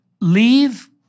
leave